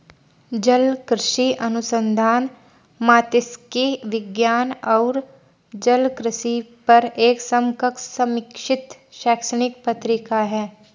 जलकृषि अनुसंधान मात्स्यिकी विज्ञान और जलकृषि पर एक समकक्ष समीक्षित शैक्षणिक पत्रिका है